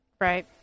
Right